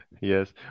Yes